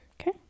Okay